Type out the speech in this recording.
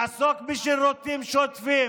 לעסוק בשירותים שוטפים,